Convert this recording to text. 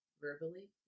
verbally